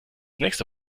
nächste